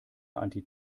anti